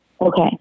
Okay